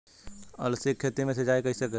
अलसी के खेती मे सिचाई कइसे करी?